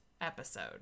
episode